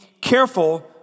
careful